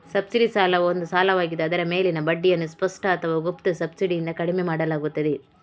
subsidy ಸಾಲವು ಒಂದು ಸಾಲವಾಗಿದ್ದು ಅದರ ಮೇಲಿನ ಬಡ್ಡಿಯನ್ನು ಸ್ಪಷ್ಟ ಅಥವಾ ಗುಪ್ತ ಸಬ್ಸಿಡಿಯಿಂದ ಕಡಿಮೆ ಮಾಡಲಾಗುತ್ತದೆ